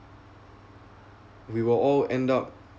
we will all end up